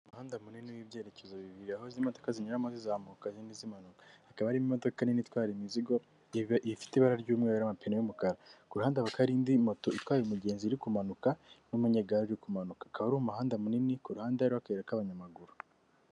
Umuhanda munini w'ibyerekezo bibiri, aho izi modoka zinyuramo zizamuka, izindi zi manuka, hakaba hari imodoka nini itwara imizigo, iba ifite ibara ry'umweru, amapine y'umukara, kuruhande hakaba hari indi moto itwaye umugenzi iri kumanuka, n'umunyegare uri kumanuka, akaba ari umuhanda munini, kuruhande hariho akayira k'abanyamaguru.